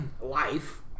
life